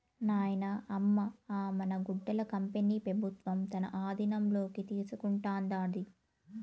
నాయనా, అమ్మ అ మన గుడ్డల కంపెనీ పెబుత్వం తన ఆధీనంలోకి తీసుకుంటాండాది